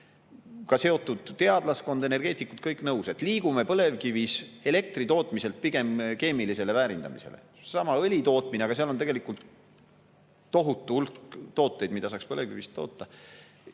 seotud teadlaskond, energeetikud kõik nõus –, liigume põlevkivist elektri tootmiselt pigem keemilise väärindamise poole. Seal on seesama õlitootmine, aga tegelikult on veel tohutu hulk tooteid, mida saaks põlevkivist toota.